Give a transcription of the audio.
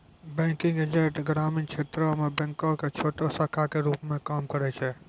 banking agent ग्रामीण क्षेत्रो मे बैंको के छोटो शाखा के रुप मे काम करै छै